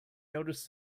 notice